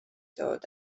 dod